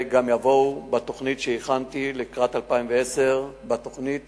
יבואו בתוכנית שהכנתי לקראת 2010. בתוכנית